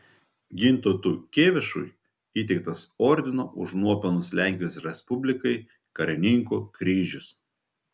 gintautui kėvišui įteiktas ordino už nuopelnus lenkijos respublikai karininko kryžius